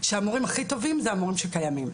אני מאמינה גדולה שהמורים הכי טובים זה המורים שקיימים.